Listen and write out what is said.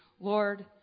Lord